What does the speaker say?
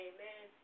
Amen